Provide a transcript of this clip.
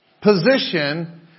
position